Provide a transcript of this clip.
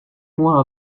mois